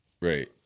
right